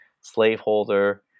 slaveholder